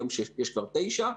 היום יש כבר תשע.